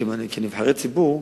כנבחרי ציבור,